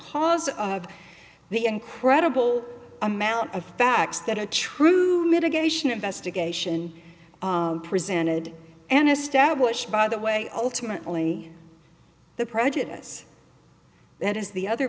cause of the incredible amount of facts that are true mitigation investigation presented an established by the way ultimately the prejudice that is the other